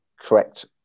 correct